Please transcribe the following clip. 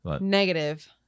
Negative